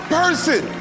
person